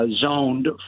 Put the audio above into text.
zoned